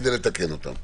כדי לתקן אותם.